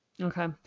Okay